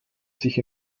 sich